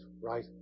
Right